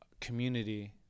community